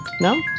No